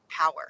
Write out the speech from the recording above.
power